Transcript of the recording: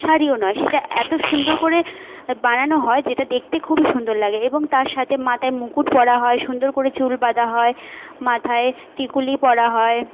শাড়িও নয় সেটা এত সুন্দর করে বানানো হয় যেটা দেখতে খুবই সুন্দর লাগে এবং তার সাথে মাথায় মুকুট পরা হয় সুন্দর করে চুল বাঁধা হয় মাথায় টিকলি পরা হয়